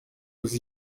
uzi